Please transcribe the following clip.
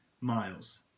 miles